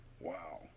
wow